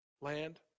land